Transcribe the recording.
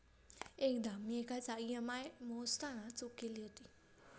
एकदा मी एकाचा ई.एम.आय मोजताना चूक केली होती